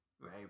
right